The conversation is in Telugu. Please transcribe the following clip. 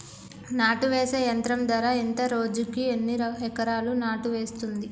నాటు వేసే యంత్రం ధర ఎంత రోజుకి ఎన్ని ఎకరాలు నాటు వేస్తుంది?